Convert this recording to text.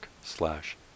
slash